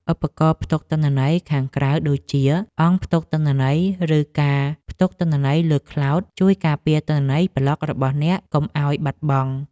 ឧបករណ៍ផ្ទុកទិន្នន័យខាងក្រៅដូចជា អង្គផ្ទុកទិន្នន័យ ឬ ការផ្ទុកទិន្នន័យលើខ្លោដ ជួយការពារទិន្នន័យប្លក់របស់អ្នកកុំឱ្យបាត់បង់។